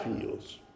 feels